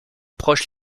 proches